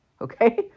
okay